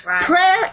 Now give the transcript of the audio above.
Prayer